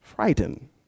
Frightened